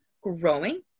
growing